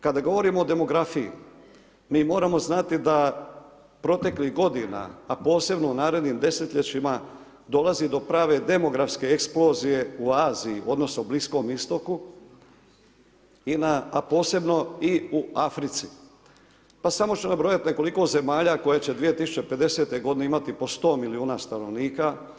Kada govorimo o demografiji, mi moramo znati da proteklih godina a posebno u narednim desetljećima, dolazi do prave demografske eksplozije u Aziji odnosno Bliskom istoku a posebno i u Africi pa samo ću nabrojati nekoliko zemalja koje će 2050. g. imati po 100 milijuna stanovnika.